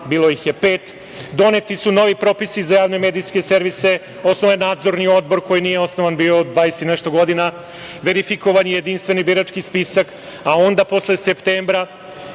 bilo ih je pet. Doneti su novi propisi za javne medijske servise, osnovan je Nadzorni odbor koji nije bio osnovan 20 i nešto godina, verifikovan je jedinstven birački spisak, a onda posle septembra